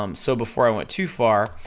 um so before i went too far,